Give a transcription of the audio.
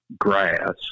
grass